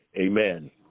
Amen